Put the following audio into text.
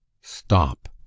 Stop